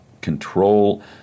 control